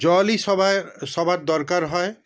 জলই সবাইর সবার দরকার হয়